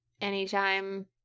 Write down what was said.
anytime